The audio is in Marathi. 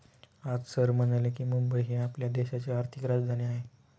आज सर म्हणाले की, मुंबई ही आपल्या देशाची आर्थिक राजधानी आहे